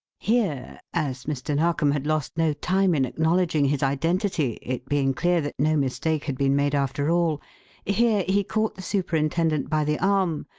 here as mr. narkom had lost no time in acknowledging his identity, it being clear that no mistake had been made after all here he caught the superintendent by the arm,